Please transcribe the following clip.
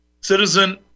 citizen